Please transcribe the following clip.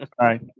right